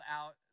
out